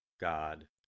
God